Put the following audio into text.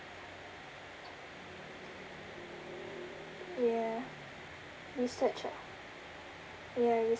ya research ah ya research